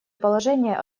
положение